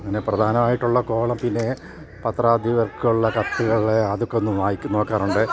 അങ്ങനെ പ്രധാനമായിട്ടുള്ള കോളം പിന്നെ പത്രാധിപർക്കുള്ള കത്തുകുകളെ അതൊക്കെ ഒന്നും വായിച്ചു നോക്കാറുണ്ട്